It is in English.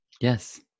Yes